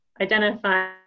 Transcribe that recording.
identify